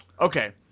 Okay